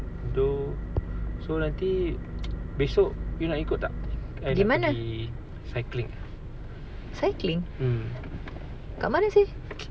pergi mana cycling kat mana seh